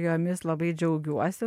jomis labai džiaugiuosi